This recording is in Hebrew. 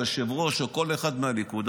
היושב-ראש או כל אחד מהליכוד,